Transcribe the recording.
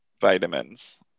vitamins